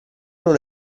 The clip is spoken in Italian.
non